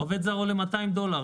ועובד זר עולה 200 דולר,